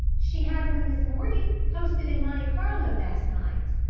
she had one this morning posted in monte carlo last night.